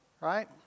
Right